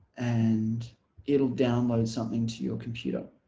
and it'll download something to your computer